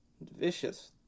Vicious